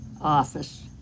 office